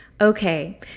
okay